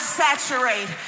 saturate